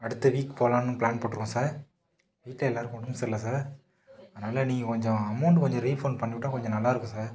அடுத்த வீக் போகலான்னு பிளான் போட்டிருக்கோம் சார் வீட்டில் எல்லாேருக்கும் உடம்பு சரியில்லை சார் அதனால நீங்கள் கொஞ்சம் அமௌண்ட் கொஞ்சம் ரீஃபண்ட் பண்ணி விட்டா கொஞ்சம் நல்லாயிருக்கும் சார்